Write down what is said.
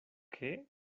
qué